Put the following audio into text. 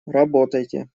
работайте